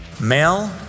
Male